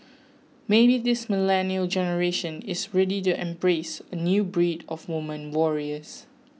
maybe this millennial generation is ready to embrace a new breed of women warriors